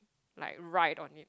like ride on it